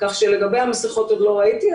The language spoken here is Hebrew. לגבי המסכות עוד לא ראיתי.